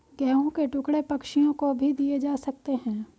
गेहूं के टुकड़े पक्षियों को भी दिए जा सकते हैं